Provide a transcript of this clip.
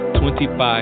25